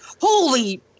Holy